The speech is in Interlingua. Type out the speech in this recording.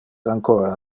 ancora